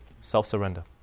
Self-surrender